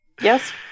Yes